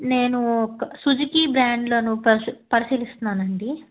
నేను సుజుకి బ్రాండ్లను పరిశీలిస్తున్నానండి